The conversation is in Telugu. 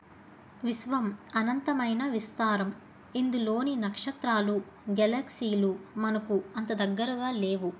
విశ్వం అనంతమైన విస్తారం ఇందులోని నక్షత్రాలు గెలక్సీలు మనకు అంత దగ్గరగా లేవు